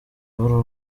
b’u